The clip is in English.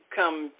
come